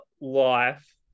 life